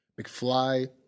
McFly